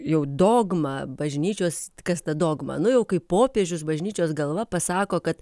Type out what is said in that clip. jau dogma bažnyčios kas ta dogma nu jau kai popiežius bažnyčios galva pasako kad